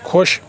خۄش